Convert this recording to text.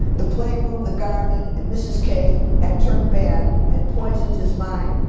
the playroom, the garden, and mrs. k had turned bad, and poisoned his mind.